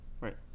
Right